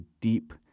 deep